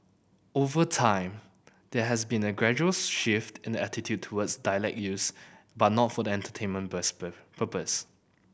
over time there has been a gradual shift in attitude towards dialect use but not for the entertainment purposes